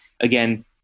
Again